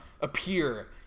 appear